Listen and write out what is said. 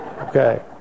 Okay